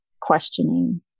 questioning